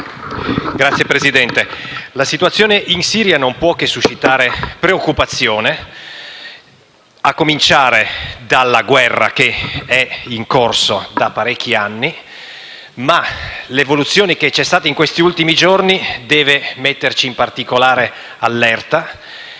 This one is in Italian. Signor Presidente, la situazione in Siria non può che suscitare preoccupazione, a cominciare dalla guerra, che è in corso da parecchi anni, ma l’evoluzione che c’è stata in questi ultimi giorni deve metterci in particolare allerta.